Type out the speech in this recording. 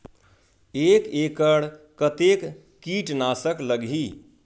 एक एकड़ कतेक किट नाशक लगही?